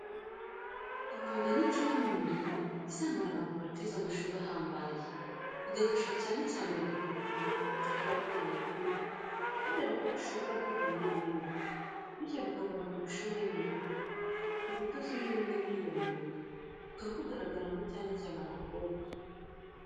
Imyuga ni kimwe mu mirimo izamura abantu batize amashuri ahambaye, bigafasha cyane urubyiruko mu bihugu bitaratera imbere kubera ko rushobora kwihangira imirimo, bityo bikagabanya ubushomeri mu gihugu. Ubudozi ni bumwe muri iyo myuga, bukaba bugaragaramo cyane cyane abakobwa.